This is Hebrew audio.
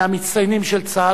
מהמצטיינים של צה"ל,